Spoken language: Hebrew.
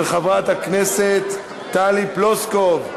של חברת הכנסת טלי פלוסקוב.